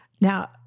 Now